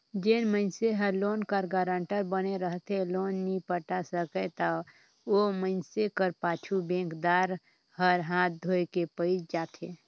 जेन मइनसे हर लोन कर गारंटर बने रहथे लोन नी पटा सकय ता ओ मइनसे कर पाछू बेंकदार मन हांथ धोए के पइर जाथें